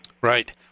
Right